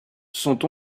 sont